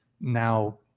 now